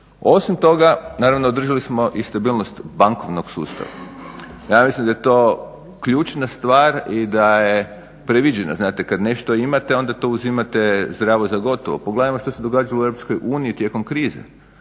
Osim toga, naravno održali smo i stabilnost bankovnog sustava. Ja mislim da je to ključna stvar i da je previđena, znate kad nešto imate onda to uzimate zdravo za gotovo. Pogledajmo što se događalo u EU tijekom krize,